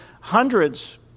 hundreds